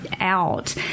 out